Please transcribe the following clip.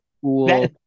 cool